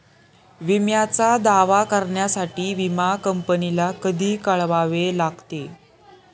विम्याचा दावा करण्यासाठी विमा कंपनीला कधी कळवावे लागते?